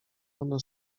ona